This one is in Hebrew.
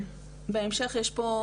בהמשך יש פה.